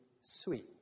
sweet